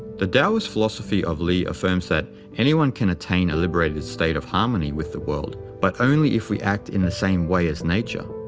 the taoist philosophy of li affirms that anyone can attain a liberated state of harmony with the world, but only if we act in the same way as nature.